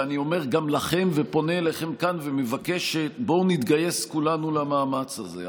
ואני אומר גם לכם ופונה אליכם כאן ומבקש: בואו נתגייס כולנו למאמץ הזה.